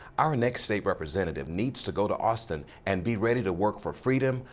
our next state representative needs to go to austin and be ready to work for freedom,